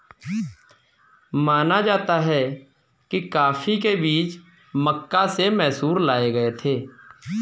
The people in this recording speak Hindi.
माना जाता है कि कॉफी के बीज मक्का से मैसूर लाए गए थे